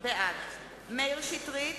בעד מאיר שטרית,